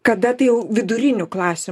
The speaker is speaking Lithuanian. kada tai jau vidurinių klasių